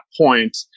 point